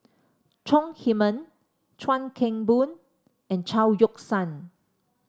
Chong Heman Chuan Keng Boon and Chao Yoke San